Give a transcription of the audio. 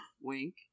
wink